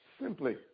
simply